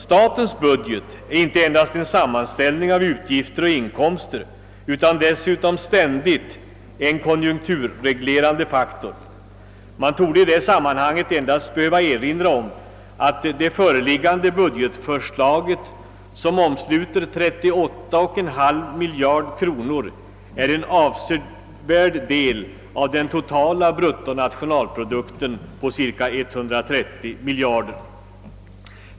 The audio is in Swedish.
Statens budget är inte endast en sammanställning av utgifter och inkomster utan har dessutom en konjunkturreglerande uppgift. Man torde i det sammanhanget endast behöva erinra om att det föreliggande budgetförslaget, som omsluter 38,5 miljarder kronor, är en avsevärd del av den totala bruttonationalprodukten på cirka 130 miljarder kronor.